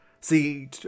See